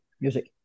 music